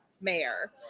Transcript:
mayor